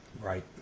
Right